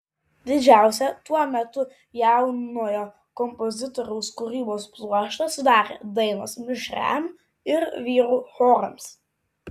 didžiausią tuo metu jaunojo kompozitoriaus kūrybos pluoštą sudarė dainos mišriam ir vyrų chorams